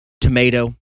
tomato